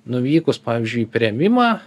nuvykus pavyzdžiui į priėmimą